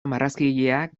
marrazkigileak